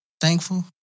thankful